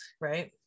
right